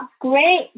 great